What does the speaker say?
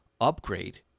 upgrade